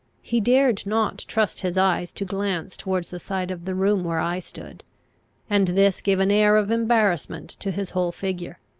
he dared not trust his eyes to glance towards the side of the room where i stood and this gave an air of embarrassment to his whole figure.